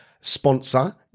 sponsor